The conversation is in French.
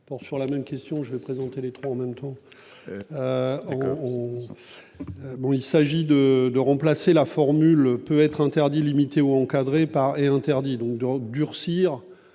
Il s'agit de remplacer la formule « peut être interdit, limité ou encadré » par les mots « est interdit », afin de durcir